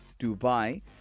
Dubai